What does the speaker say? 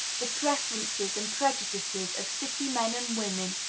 the preferences and prejudices of city men and women,